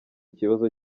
kibazo